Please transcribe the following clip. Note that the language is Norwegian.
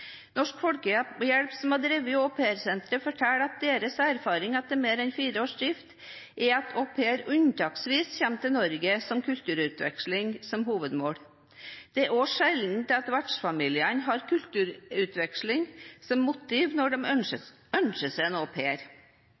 Norsk Folkehjelp, som har drevet Au Pair Center, forteller at deres erfaring etter mer enn fire års drift er at au pairer unntaksvis kommer til Norge med kulturutveksling som hovedmål. Det er også sjelden at vertsfamiliene har kulturutveksling som motiv når de ønsker seg